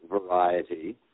variety